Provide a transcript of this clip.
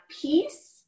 peace